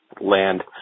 land